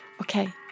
Okay